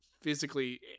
physically